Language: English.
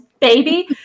baby